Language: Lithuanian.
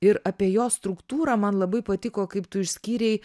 ir apie jos struktūrą man labai patiko kaip tu išskyrei